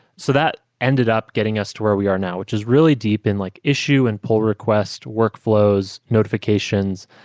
so that ended up getting us to where we are now, which is really deep in like issue and pull request workflows, notifications,